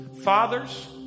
fathers